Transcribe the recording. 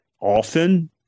often